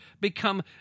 become